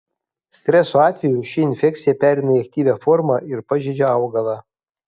streso atveju ši infekcija pereina į aktyvią formą ir pažeidžia augalą